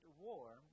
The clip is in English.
war